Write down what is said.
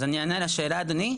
אני מקשיבה למה שאתם אומרים,